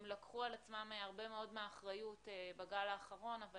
הם לקחו על עצמם הרבה מאוד מהאחריות בגל האחרון אבל